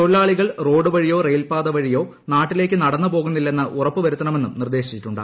തൊഴിലാളികൾ റോഡ് വഴിയോ റയിൽപ്പാത വഴിയോ നാട്ടിലേയ്ക്ക് നടന്നുപോകുന്നില്ലെന്ന് ഉറപ്പുവരുത്തണമെന്നും നിർദ്ദേശിച്ചിട്ടുണ്ട്